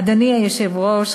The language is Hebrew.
אדוני היושב-ראש,